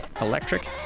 electric